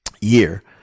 year